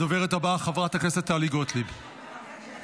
הדוברת הבאה, חברת הכנסת טלי גוטליב, מוותרת?